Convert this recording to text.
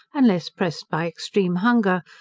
unless pressed by extreme hunger,